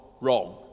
wrong